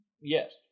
Yes